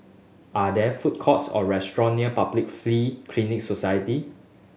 are there food courts or restaurant near Public Free Clinic Society